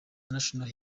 international